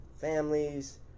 families